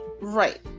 right